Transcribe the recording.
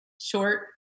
short